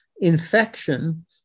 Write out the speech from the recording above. infection